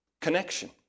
connection